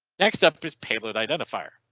next up is payload identifier?